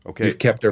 Okay